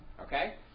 Okay